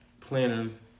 planners